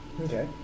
Okay